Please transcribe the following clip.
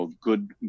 good